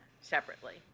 separately